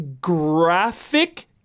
graphic